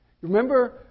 Remember